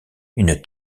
une